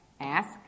Ask